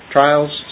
Trials